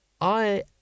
I